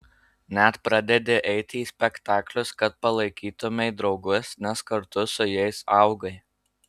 net pradedi eiti į spektaklius kad palaikytumei draugus nes kartu su jais augai